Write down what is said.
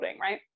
right